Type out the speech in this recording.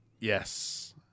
Yes